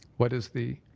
what is the?